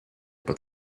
but